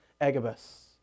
Agabus